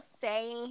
say